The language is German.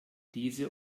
diese